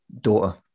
daughter